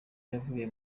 yavuye